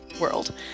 world